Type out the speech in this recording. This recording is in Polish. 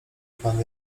pan